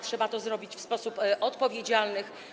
Trzeba to zrobić w sposób odpowiedzialny.